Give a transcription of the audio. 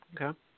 Okay